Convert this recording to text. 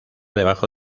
debajo